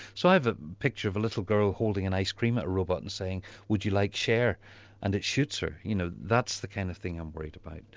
so i have a picture of a little girl holding an ice-cream at a robot and saying would you like to share and it shoots her. you know that's the kind of thing i'm worried about.